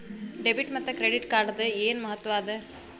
Debit ಮತ್ತ credit ಕಾರ್ಡದ್ ಏನ್ ಮಹತ್ವ ಅದ?